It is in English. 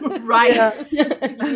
Right